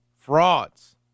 frauds